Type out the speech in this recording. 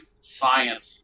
science